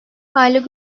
aylık